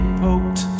poked